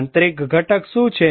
આંતરિક ઘટક શું છે